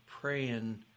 praying